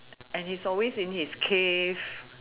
and he is always in his cave